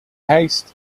haste